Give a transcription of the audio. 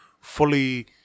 fully